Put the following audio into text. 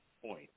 point